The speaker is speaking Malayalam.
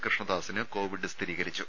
കൃഷ്ണദാസിന് കോവിഡ് സ്ഥിരീകരിച്ചു